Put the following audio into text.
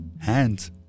hands